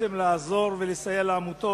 לעזור ולסייע לעמותות